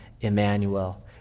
Emmanuel